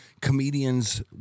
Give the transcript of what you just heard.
Comedians